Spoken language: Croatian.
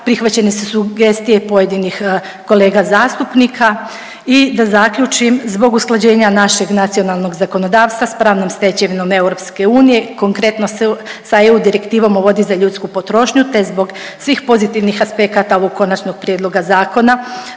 prihvaćene su sugestije pojedinih kolega zastupnika. I da zaključim, zbog usklađenja našeg nacionalnog zakonodavstva s pravnom stečevinom EU konkretno sa EU Direktivom o vodi za ljudsku potrošnju te zbog svih pozitivnih aspekata ovog konačnog prijedloga zakona,